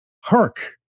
Hark